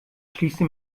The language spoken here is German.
schließe